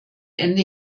ende